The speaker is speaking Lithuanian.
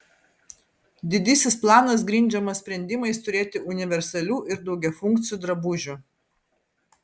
didysis planas grindžiamas sprendimais turėti universalių ir daugiafunkcių drabužių